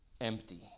empty